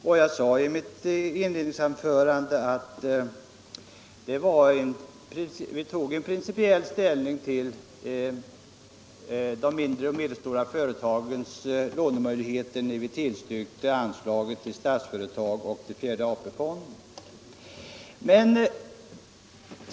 Jag sade också i mitt inledningsanförande att vi tog en principiell ställning till de mindre och medelstora företagens lånemöjligheter när vi tillstyrkte anslag till Statsföretag och fjärde AP-fonden.